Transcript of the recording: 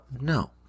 No